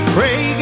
Pray